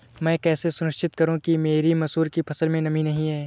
मैं कैसे सुनिश्चित करूँ कि मेरी मसूर की फसल में नमी नहीं है?